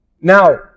Now